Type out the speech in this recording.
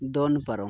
ᱫᱚᱱ ᱯᱟᱨᱚᱢ